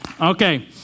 Okay